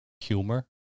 humor